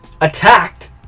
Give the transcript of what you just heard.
attacked